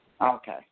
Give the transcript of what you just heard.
Okay